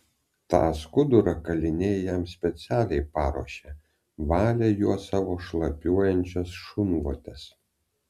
tą skudurą kaliniai jam specialiai paruošė valė juo savo šlapiuojančias šunvotes